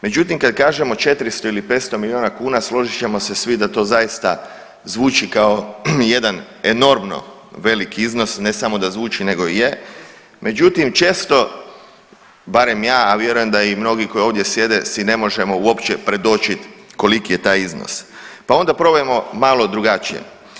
Međutim, kad kažemo 400 ili 500 miliona kuna složit ćemo se svi da to zaista zvuči kao jedan enormno veliki iznos, ne samo da zvuči nego i je, međutim često barem ja, a vjerujem da i mnogi koji ovdje sjede si ne možemo uopće predočit koliko je taj iznos pa onda probajmo malo drugačije.